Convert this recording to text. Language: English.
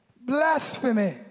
blasphemy